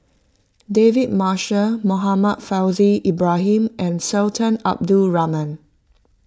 David Marshall Muhammad Faishal Ibrahim and Sultan Abdul Rahman